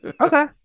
Okay